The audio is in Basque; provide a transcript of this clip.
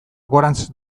gorantz